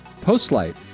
Postlight